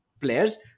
players